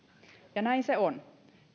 ja näin se on